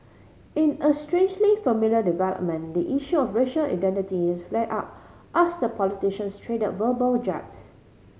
in a strangely familiar development the issue of racial identity has flared up as the politicians trade verbal jabs